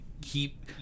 keep